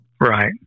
Right